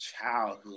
childhood